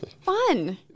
fun